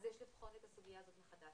אז יש לבחון את הסוגיה הזאת מחדש.